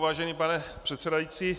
Vážený pane předsedající,